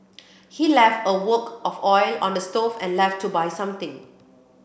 he left a wok of oil on the stove and left to buy something